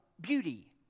beauty